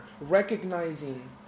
recognizing